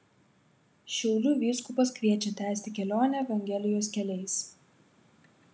šiaulių vyskupas kviečia tęsti kelionę evangelijos keliais